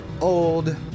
old